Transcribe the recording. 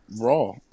raw